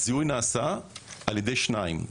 הזיהוי נעשה על ידי שניים,